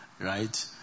Right